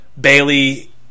Bailey